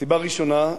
סיבה ראשונה,